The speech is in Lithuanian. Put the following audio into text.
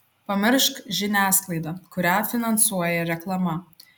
pamiršk žiniasklaidą kurią finansuoja reklama